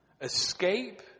Escape